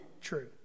true